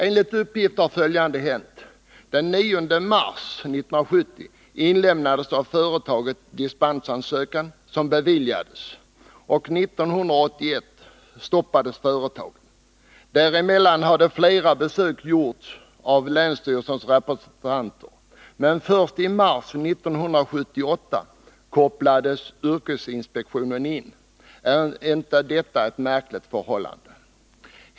Enligt uppgift har följande hänt: Den 9 mars 1970 inlämnades av företaget en dispensansökan, som beviljades. År 1981 stoppades företaget. Däremellan hade flera besök gjorts av länsstyrelsens representanter, men först i mars 1978 kopplades yrkesinspektionen in. Är inte detta ett märkligt förhållande?